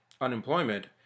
Unemployment